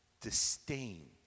disdain